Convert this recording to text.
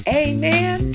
amen